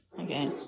Okay